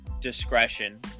discretion